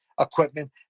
equipment